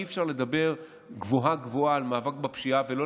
אי-אפשר לדבר גבוהה-גבוהה על מאבק בפשיעה ולא